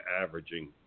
averaging